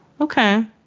Okay